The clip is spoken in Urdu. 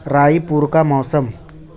رائی پور کا موسم